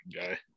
guy